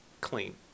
Clean